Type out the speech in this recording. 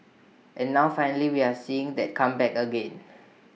and now finally we're seeing that come back again